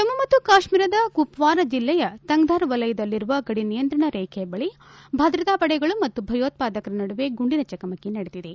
ಜಮ್ನು ಮತ್ತು ಕಾಶ್ಮೀರದ ಕುಪ್ವಾರಾ ಜಿಲ್ಲೆಯ ತಂಗಧರ್ ವಲಯದಲ್ಲಿರುವ ಗಡಿ ನಿಯಂತ್ರಣ ರೇಖೆಯ ಬಳಿ ಭದ್ರತಾ ಪಡೆಗಳು ಮತ್ತು ಭಯೋತ್ಪಾದಕರ ನಡುವೆ ಗುಂಡಿನ ಚಕಮಕಿ ನಡೆದಿದೆ